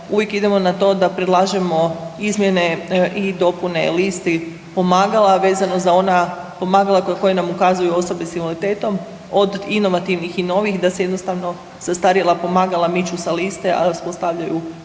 uvijek idemo na to da predlažemo izmjene i dopune listi pomagala vezano za ona pomagala na koje nam ukazuju osobe s invaliditetom, od inovativnih i novih da se jednostavno zastarjela pomagala miču sa liste, a da se ostavljaju